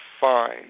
fine